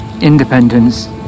independence